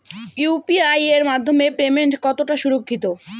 UPI এর মাধ্যমে payment কতটা সুরক্ষিত?